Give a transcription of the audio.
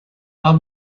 are